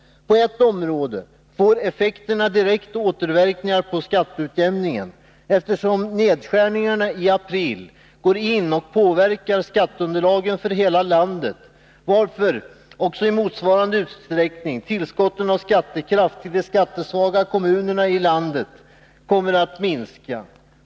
På ett område får effekterna direkta återverkningar på skatteutjämningen, eftersom nedskärningarna i april går in och påverkar skatteunderlagen för hela landet, varför också i motsvarande utsträckning tillskotten av skattekraft till de skattesvaga kommunerna i landet kommer att minska.